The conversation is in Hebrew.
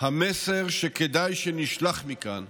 המסר שכדאי שנשלח מכאן,